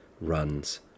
runs